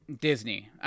Disney